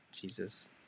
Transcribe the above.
Jesus